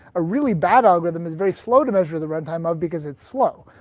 a really bad algorithm is very slow to measure the run time of because it's slow.